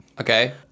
Okay